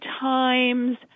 times